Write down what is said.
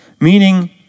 Meaning